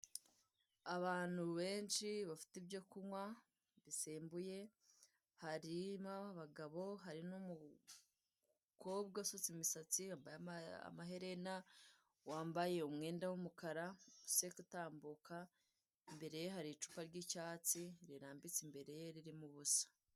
Abantu benshi bafite ibyo kunywa bisembuye, harimo abagabo, hari n'umukobwa usutse imisatsi, yambaye amaherena, wambaye umwenda w'umukara, useka utambuka, imbere ye hari icupa ry'icyatsi rirambitse imbere ye ririmo ubusa.